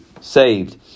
saved